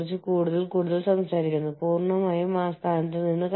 നിങ്ങൾ എങ്ങനെയാണ് ലോകത്തിൽ അന്താരാഷ്ട്ര ബിസിനസ്സിലേക്ക് പ്രവേശിക്കുന്നത്